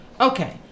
Okay